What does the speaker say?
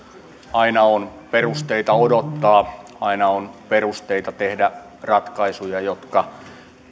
aina on perusteita odottaa aina on perusteita tehdä ratkaisuja jotka